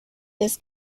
this